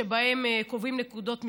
שבה קובעים נקודות מפגש.